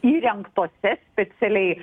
įrengtose specialiai